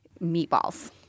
meatballs